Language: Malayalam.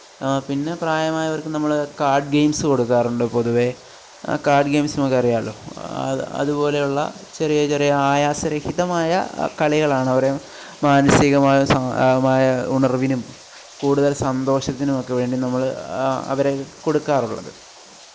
പിന്നെ പ്രായമായവര്ക്ക് നമ്മൾ കാര്ഡ് ഗെയിംസ് കൊടുക്കാറുണ്ട് പൊതുവെ ആ കാര്ഡ് ഗെയിംസ് നമ്മൾക്ക് അറിയാലോ അതുപോലെയുള്ള ചെറിയ ചെറിയ ആയാസരഹിതമായ കളികളാണ് അവരെ മാനസികമായും ഉണര്വിനും കൂടുതല് സന്തോഷത്തിനും ഒക്കെ വേണ്ടി നമ്മൾ അവരെ കൊടുക്കാറുള്ളത്